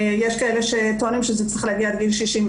יש כאלה שטוענים שזה צריך להגיע עד גיל 69,